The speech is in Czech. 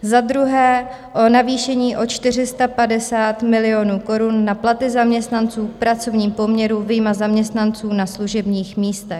Za druhé, o navýšení o 450 milionů korun na platy zaměstnanců v pracovním poměru, vyjma zaměstnanců na služebních místech.